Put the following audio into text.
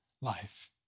life